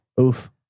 Oof